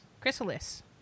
Chrysalis